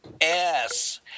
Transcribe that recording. Yes